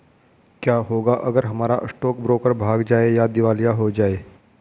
क्या होगा अगर हमारा स्टॉक ब्रोकर भाग जाए या दिवालिया हो जाये?